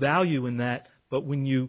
value in that but when you